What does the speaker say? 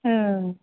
औ